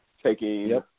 Taking